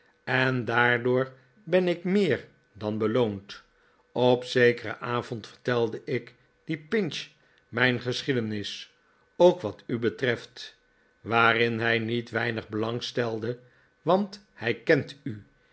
en daardoor ben ik meer dan beloond op zekeren avond vertelde ik dien pinch mijn geschiedenis ook wat u betreft waarin hij niet weinig belang stelde want hij kent u